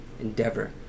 endeavor